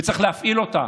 וצריך להפעיל אותה.